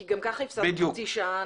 כי גם ככה הפסדנו חצי שעה,